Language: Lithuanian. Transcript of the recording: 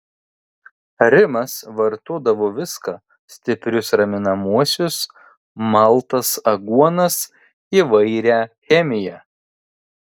rimas vartodavo viską stiprius raminamuosius maltas aguonas įvairią chemiją